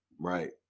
Right